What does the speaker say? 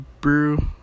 brew